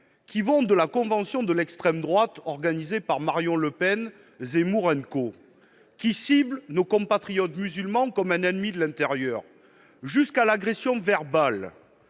d'abord eu la convention de l'extrême droite organisée par Marion Le Pen, Zemmour et compagnie, lesquels ciblent nos compatriotes musulmans comme un ennemi de l'intérieur. Puis l'agression verbale